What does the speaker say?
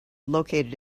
located